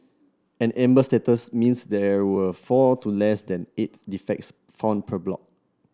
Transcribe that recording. an amber status means there were four to less than eight defects found per block